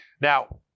Now